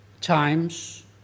times